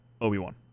Obi-Wan